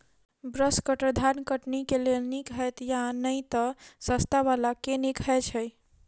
Brush cutter धान कटनी केँ लेल नीक हएत या नै तऽ सस्ता वला केँ नीक हय छै?